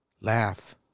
Laugh